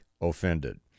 offended